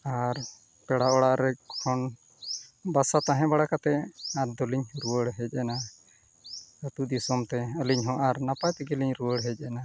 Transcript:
ᱟᱨ ᱯᱮᱲᱟ ᱚᱲᱟᱜ ᱨᱮ ᱠᱷᱚᱱ ᱵᱟᱥᱟ ᱛᱟᱦᱮᱸ ᱵᱟᱲᱟ ᱠᱟᱛᱮᱫ ᱟᱫᱚᱞᱤᱧ ᱨᱩᱣᱟᱹᱲ ᱦᱮᱡ ᱮᱱᱟ ᱟᱹᱛᱩ ᱫᱤᱥᱚᱢ ᱛᱮ ᱟᱨ ᱟᱹᱞᱤᱧ ᱦᱚᱸ ᱟᱨ ᱱᱟᱯᱟᱭ ᱛᱮᱜᱮᱞᱤᱧ ᱨᱩᱣᱟᱹᱲ ᱦᱮᱡ ᱮᱱᱟ